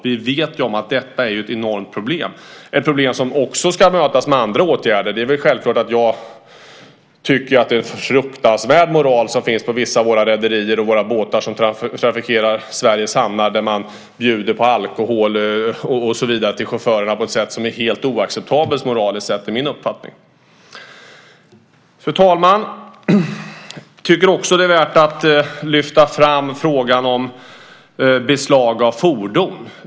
Vi vet ju att detta är ett enormt problem. Det är ett problem som också ska mötas med andra åtgärder. Det är självklart att jag tycker att det är en fruktansvärd moral som finns på vissa av våra rederier och våra båtar som trafikerar Sveriges hamnar när man bjuder chaufförer på alkohol och så vidare på ett sätt som är helt oacceptabelt. Fru talman! Jag tycker också att det är värt att lyfta fram frågan om beslag av fordon.